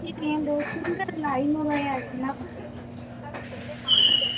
சரி என்கிட்ட சில்லற இல்லை ஐந்நூறு ரூபாயா இருக்குது என்ன பண்ண சரி மாத்திக்கோங்கள்